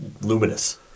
luminous